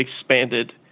expanded